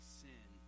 sin